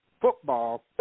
football